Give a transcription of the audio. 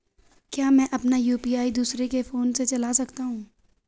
क्या मैं अपना यु.पी.आई दूसरे के फोन से चला सकता हूँ?